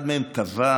אחד מהם טבע,